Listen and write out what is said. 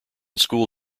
school